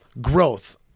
Growth